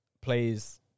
plays